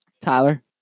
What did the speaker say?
Tyler